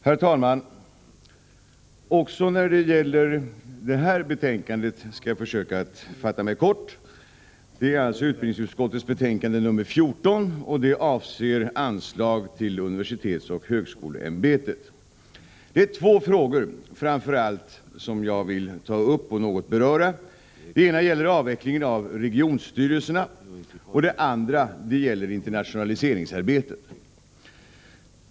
Herr talman! Även när det gäller utbildningsutskottets betänkande 14, som avser anslag till universitetsoch högskoleämbetet, skall jag försöka fatta mig kort. Det är framför allt två frågor som jag vill ta upp och något beröra. Den ena gäller avvecklingen av regionstyrelserna, och den andra gäller internationaliseringsarbetet.